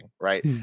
right